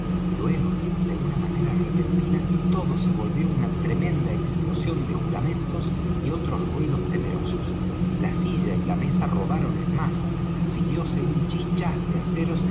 luego de una manera repentina todo se volvió una tremenda explosión de juramentos y otros ruidos temerosos la silla y la mesa rodaron en masa siguióse un chischás de aceros